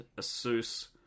ASUS